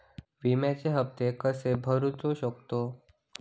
विम्याचे हप्ते कसे भरूचो शकतो?